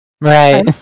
Right